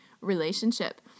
relationship